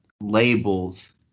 labels